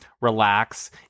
relax